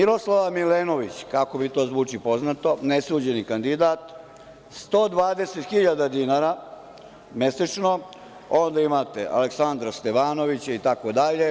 Dalje, Miroslava Milenović, kako mi to zvuči poznato, nesuđeni kandidat, 120 hiljada dinara mesečno, a onda imate Aleksandra Stevanovića itd.